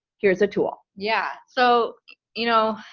here's a tool. yeah, so you know,